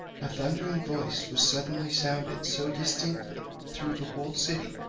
a thundering voice was suddenly sounded so distinctly, through the whole city,